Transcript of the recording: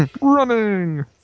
Running